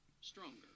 stronger